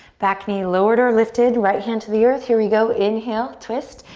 back knee lowered or lifted, right hand to the earth. here we go, inhale, twist.